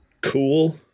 Cool